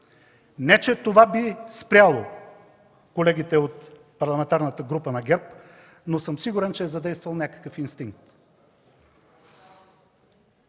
Не че това би спряло колегите от Парламентарната група на ГЕРБ, но съм сигурен, че е задействал някакъв инстинкт.